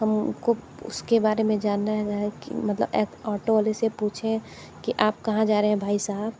हमको उसके बारे में जानना है कि मतलब ऑटो वाले से पूछे कि आप कहाँ जा रहे है भाई साहब